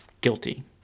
Guilty